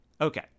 Okay